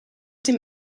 dem